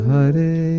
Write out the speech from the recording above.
Hare